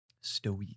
Stoic